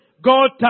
God